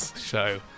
show